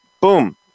boom